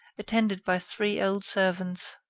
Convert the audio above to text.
attended by three old servants.